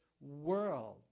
world